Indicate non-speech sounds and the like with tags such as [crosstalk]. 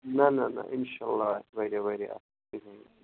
نَہ نَہ نَہ اِنشاء اللہ آسہِ واریاہ واریاہ اَصٕل [unintelligible]